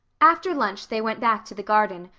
after lunch they went back to the garden,